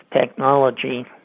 technology